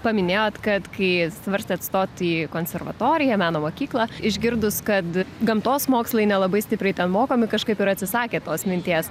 paminėjot kad kai svarstėt stot į konservatoriją meno mokyklą išgirdus kad gamtos mokslai nelabai stipriai ten mokami kažkaip ir atsisakėt tos minties